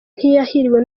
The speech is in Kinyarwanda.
ntiyahiriwe